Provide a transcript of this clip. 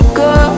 go